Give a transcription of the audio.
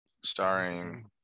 Starring